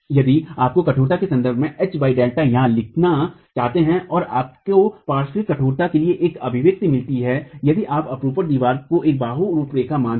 यदि आप कठोरता के संदर्भ में H Δ यह लिखना चाहते हैं और आपको पार्श्व कठोरता के लिए एक अभिव्यक्ति मिलती है यदि आप अपरूपण दीवार को एक बाहू रुपरेखा मानते हैं